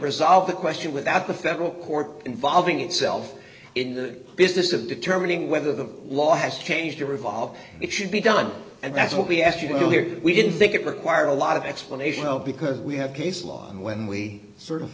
resolve the question without the federal court involving itself in the business of determining whether the law has changed to revolve it should be done and that's what we asked you to do here we didn't think it required a lot of explanation because we have case law and when we sort of